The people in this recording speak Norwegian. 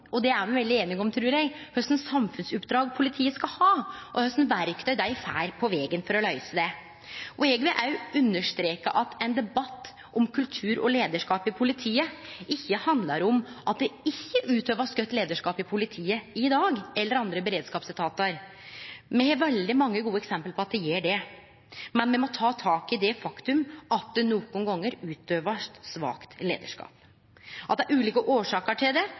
samfunnsoppdrag politiet skal ha, og kva verktøy dei får på vegen for å løyse desse. Eg vil òg understreke at ein debatt om kultur og leiarskap i politiet ikkje handlar om at det ikkje blir utøvd god leiarskap i politiet eller i andre beredskapsetatar i dag. Me har veldig mange gode eksempel på at det gjer det. Men me må ta tak i det faktum at det nokre gonger blir utøvd svak leiarskap, at det er ulike årsaker til det